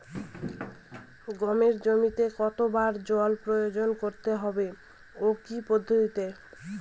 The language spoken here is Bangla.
গমের জমিতে কতো বার জল প্রয়োগ করতে হবে ও কি পদ্ধতিতে?